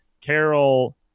Carol